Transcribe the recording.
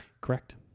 Correct